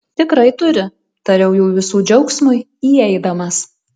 tikrai turi tariau jų visų džiaugsmui įeidamas